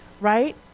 right